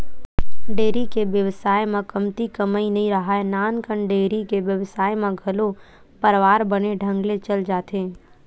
dairy के बेवसाय म कमती कमई नइ राहय, नानकन डेयरी के बेवसाय म घलो परवार बने ढंग ले चल जाथे